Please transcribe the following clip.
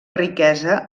riquesa